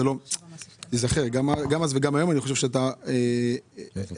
גם אז וגם היום לא דייקתם.